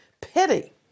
pity